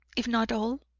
if not all,